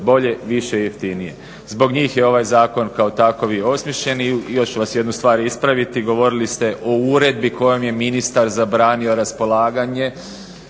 bolje, više i jeftinije. Zbog njih je ovaj zakon kao takov i osmišljen. I još ću vas jednu stvar ispraviti. Govorili ste o uredbi kojom je ministar zabranio raspolaganje.